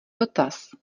dotaz